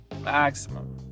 maximum